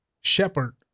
Shepherd